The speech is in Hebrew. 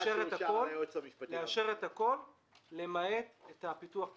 לאשר הכל, למעט פיתוח תחבורה.